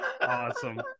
Awesome